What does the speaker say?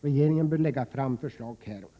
Regeringen bör lägga fram förslag härom.